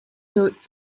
note